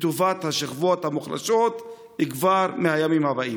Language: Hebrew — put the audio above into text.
לטובת השכבות המוחלשות כבר מהימים הבאים.